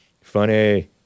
Funny